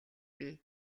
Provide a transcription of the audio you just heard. бий